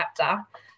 chapter